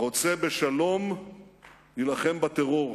הרוצה בשלום יילחם בטרור.